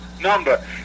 number